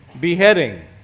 beheading